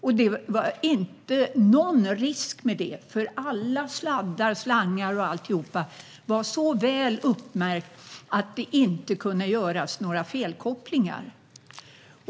Det var inte någon risk med det, för alla sladdar, slangar och alltihop var så väl uppmärkta att det inte kunde göras några felkopplingar.